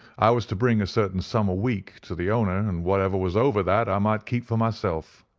i was to bring a certain sum a week to the owner, and whatever was over that i might keep for myself.